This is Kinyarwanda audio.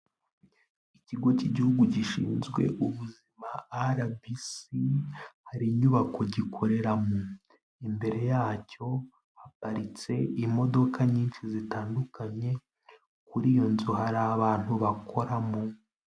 Ikigo cy'igihugu gishinzwe ubuzima RBC, hari inyubako gikorera, imbere yacyo haparitse imodoka nyinshi zitandukanye, kuri iyo nzu hari abantu bakoramo.